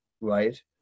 right